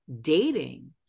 dating